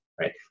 right